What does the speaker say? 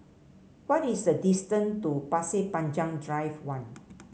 what is the distance to Pasir Panjang Drive One